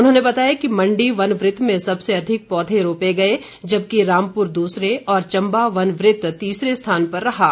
उन्होंने बताया कि मण्डी वन वृत्त में सबसे अधिक पौधे रोपे गए जबकि रामपुर दूसरे और चम्बा वन वृत्त तीसरे स्थान पर रहा है